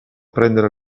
prendere